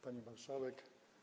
Pani Marszałek!